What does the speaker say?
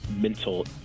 mental